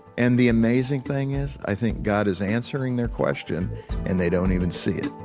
and the amazing thing is i think god is answering their question and they don't even see it